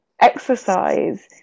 Exercise